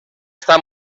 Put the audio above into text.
està